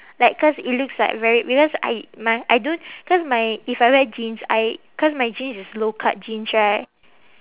like cause it looks like very because I my I don't cause my if I wear jeans I cause my jeans is low cut jeans right